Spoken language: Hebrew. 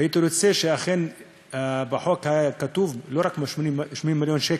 והייתי רוצה שאכן בחוק יהיה כתוב לא רק 80 מיליון שקל,